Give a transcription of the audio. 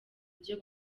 ibyo